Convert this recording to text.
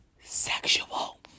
Sexual